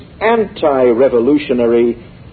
anti-revolutionary